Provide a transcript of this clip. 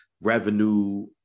revenue